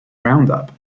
roundup